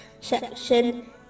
section